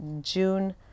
June